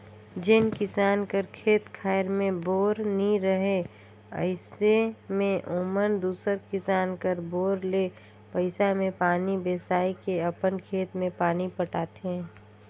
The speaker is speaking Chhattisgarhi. जेन किसान कर खेत खाएर मे बोर नी रहें अइसे मे ओमन दूसर किसान कर बोर ले पइसा मे पानी बेसाए के अपन खेत मे पानी पटाथे